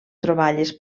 troballes